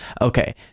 okay